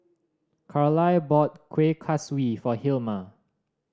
Carlyle bought Kueh Kaswi for Hilma